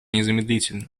незамедлительно